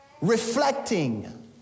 reflecting